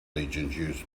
legions